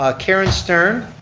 ah karen stern,